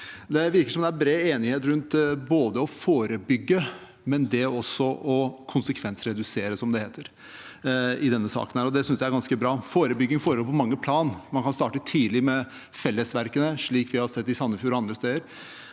saken virker det som det er bred enighet rundt det å forebygge, men også rundt det å konsekvensredusere, som det heter, og det synes jeg er ganske bra. Forebygging foregår på mange plan. Man kan starte tidlig med Fellesverket, slik vi har sett i Sandefjord og andre steder.